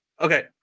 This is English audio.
okay